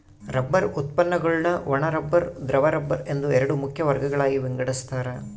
rubber ಉತ್ಪನ್ನಗುಳ್ನ ಒಣ rubber ದ್ರವ ರಬ್ಬರ್ ಎಂದು ಎರಡು ಮುಖ್ಯ ವರ್ಗಗಳಾಗಿ ವಿಂಗಡಿಸ್ತಾರ